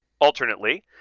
alternately